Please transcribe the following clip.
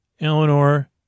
Eleanor